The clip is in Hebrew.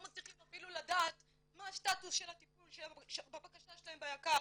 מצליחים אפילו לדעת מה הסטאטוס של הטיפול בבקשה שלהם ביק"ר.